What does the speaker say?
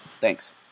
Thanks